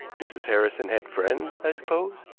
mrs. harrison had friends, i suppose?